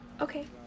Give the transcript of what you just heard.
Okay